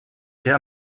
què